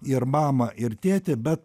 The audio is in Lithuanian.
ir mamą ir tėtį bet